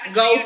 go